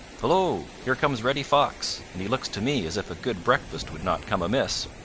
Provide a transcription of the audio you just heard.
hello! here comes reddy fox, and he looks to me as if a good breakfast would not come amiss.